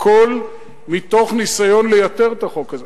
הכול מתוך ניסיון לייתר את החוק הזה